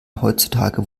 heutzutage